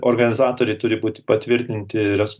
organizatoriai turi būti patvirtinti res